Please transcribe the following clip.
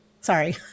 sorry